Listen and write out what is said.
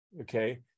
okay